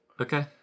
okay